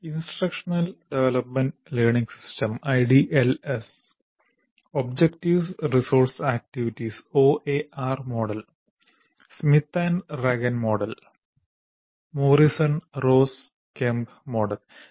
instructional development learning system objectives resource activities OAR model Smith Ragan model Morrison Ross Kemp model MorrisonRossKemp Model